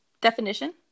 definition